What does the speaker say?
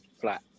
flat